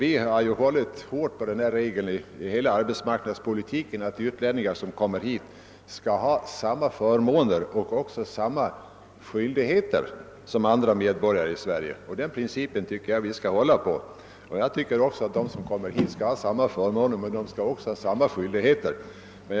I hela vår arbetsmarknadspolitik har vi hållit hårt på regeln att utlänningar som kommer hit skall ha samma förmåner men också skyldigheter som övriga medborgare här i landet. Den principen tycker jag att vi skall hålla fast vid.